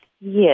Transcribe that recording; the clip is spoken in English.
Yes